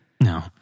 No